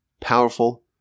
powerful